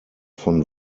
von